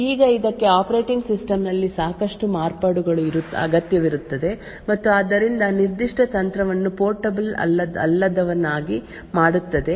ಈಗ ಇದಕ್ಕೆ ಆಪರೇಟಿಂಗ್ ಸಿಸ್ಟಮ್ನಲ್ಲಿ ಸಾಕಷ್ಟು ಮಾರ್ಪಾಡುಗಳ ಅಗತ್ಯವಿರುತ್ತದೆ ಮತ್ತು ಆದ್ದರಿಂದ ನಿರ್ದಿಷ್ಟ ತಂತ್ರವನ್ನು ಪೋರ್ಟಬಲ್ ಅಲ್ಲದವನ್ನಾಗಿ ಮಾಡುತ್ತದೆ